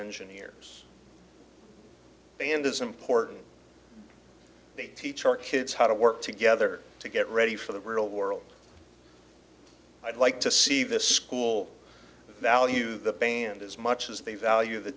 engineers and it's important they teach our kids how to work together to get ready for the real world i'd like to see the school value the band as much as they value